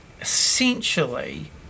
essentially